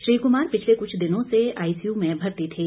श्री कुमार पिछले कुछ दिनों से आई सी यू में भर्ती थे